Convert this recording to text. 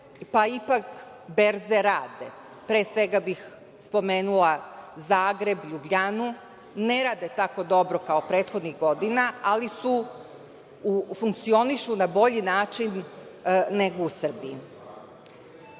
pa ipak berze rade. Pre svega bih spomenula Zagreb, LJubljanu, ne rade tako dobro kao prethodnih godina, ali funkcionišu na bolji način negu u Srbiji. Šta